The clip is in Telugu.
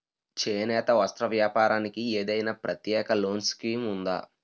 చేనేత వస్త్ర వ్యాపారానికి ఏదైనా ప్రత్యేక లోన్ స్కీం ఉందా?